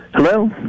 Hello